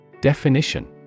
Definition